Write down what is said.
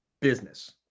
business